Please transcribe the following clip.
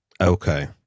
Okay